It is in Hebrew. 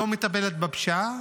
לא מטפלת בפשיעה.